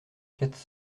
quatre